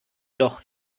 doch